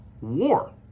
War